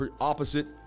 opposite